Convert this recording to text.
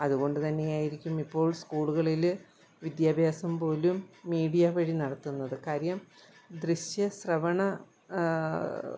അതുകൊണ്ടുതന്നെയായിരിക്കും ഇപ്പോൾ സ്കൂളുകളിൽ വിദ്യാഭ്യാസം പോലും മീഡിയ വഴി നടത്തുന്നത് കാര്യം ദൃശ്യ ശ്രവണ